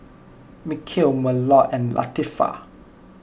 Mikhail Melur and Latifa